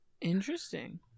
Interesting